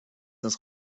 das